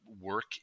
work